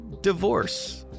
divorce